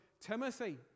Timothy